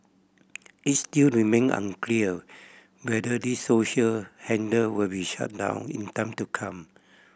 it still remain unclear whether these social handle will be shut down in time to come